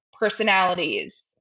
personalities